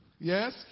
Yes